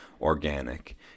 organic